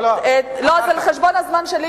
לא, זה על חשבון הזמן שלי.